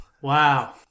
wow